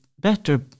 better